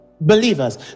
believers